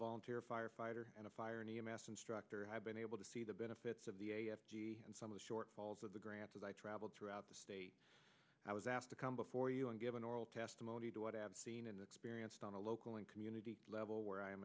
volunteer firefighter and a fire in e m s instructor i've been able to see the benefits of the a f g and some of the shortfalls of the grants as i traveled throughout the state i was asked to come before you and give an oral testimony to what i have seen in the experienced on a local and community level where i am